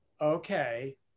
okay